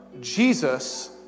Jesus